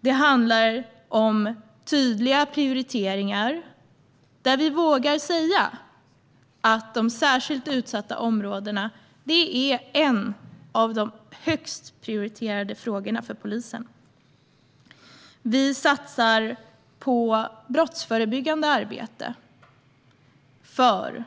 Det handlar om tydliga prioriteringar, och de särskilt utsatta områdena är en av de högst prioriterade frågorna för polisen. Vi satsar på brottsförebyggande arbete, för